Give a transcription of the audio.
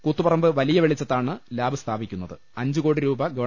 കൂത്തുപറമ്പ് വലിയ വെളിച്ചത്താണ് ലാബ് സ്ഥാപി ക്കുന്നത് അഞ്ച് കോടി രൂപ ഗവ